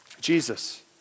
Jesus